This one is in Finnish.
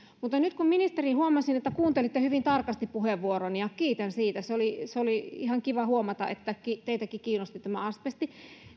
mutta nyt kun ministeri huomasin että kuuntelitte hyvin tarkasti puheenvuoroni ja kiitän siitä oli ihan kiva huomata että teitäkin kiinnosti tämä asbesti